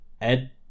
Ed